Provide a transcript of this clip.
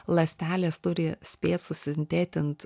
ląstelės turi spėt susintetint